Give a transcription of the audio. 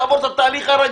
ואז הודה.